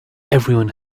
everyone